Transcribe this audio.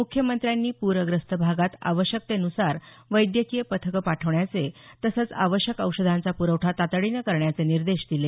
मुख्यमंत्र्यांनी प्रग्रस्त भागात आवश्यकतेन्सार वैद्यकीय पथक पाठवण्याचे तसंच आवश्यक औषधांचा प्रवठा तातडीनं करण्याचे निर्देश दिले